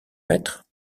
maître